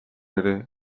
ere